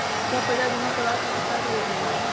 सपरिवार बीमा करवावे खातिर का करे के होई?